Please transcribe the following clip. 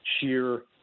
sheer